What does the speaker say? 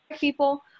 people